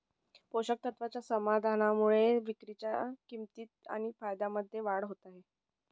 पोषक तत्वाच्या समाधानामुळे विक्रीच्या किंमतीत आणि फायद्यामध्ये वाढ होत आहे